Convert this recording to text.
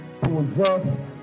possess